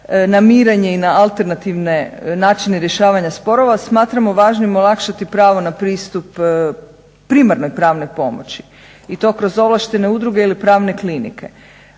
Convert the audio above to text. namiren je i na alternativne načine rješavanja sporova smatramo važnim olakšati pravo na pristup primarnoj pravnoj pomoći i to kroz ovlaštene udruge ili pravne klinike.